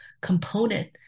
component